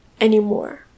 anymore